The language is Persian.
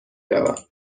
روم